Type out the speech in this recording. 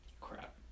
Crap